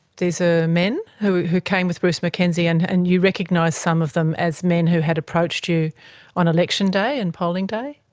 these were ah men who who came with bruce mackenzie, and and you recognised some of them as men who had approached you on election day and polling day?